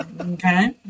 okay